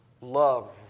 Love